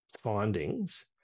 findings